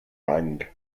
rang